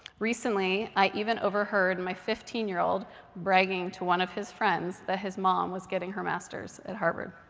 recently, i even overheard my fifteen year old bragging to one of his friends that his mom was getting her master's at harvard.